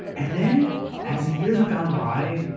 and then as the years have gone by,